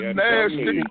nasty